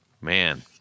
man